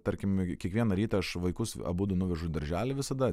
tarkim kiekvieną rytą aš vaikus abudu nuvežu į darželį visada